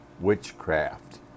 witchcraft